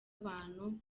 abantu